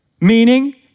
Meaning